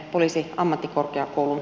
arvoisa puhemies